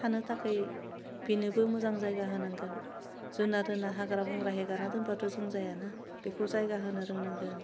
थानो थाखाय बेनोबो मोजां जायगा होनांगोन जुनाद होन्ना हाग्रा बंग्रा हेगारना दोनबाथ' जों जाया ना बेखौ जायगा होनो रोंनांगोन